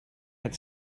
had